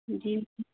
जी